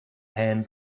hen